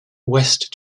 west